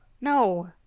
No